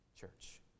church